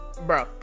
Bro